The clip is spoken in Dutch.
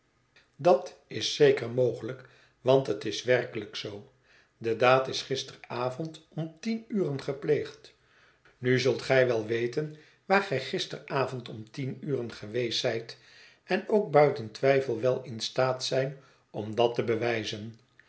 dat is zeker mogelijk want het is werkelijk zoo de daad is gisteravond om tien uren gepleegd nu zult gij wel weten waar gij gisteravond om tien uren geweest zijt en ook buiten twijfel wel in staat zijn om dat te bewijzen